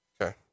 Okay